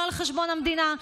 לא על חשבון המדינה.